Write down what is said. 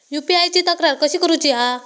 UPI ची तक्रार कशी करुची हा?